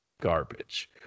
garbage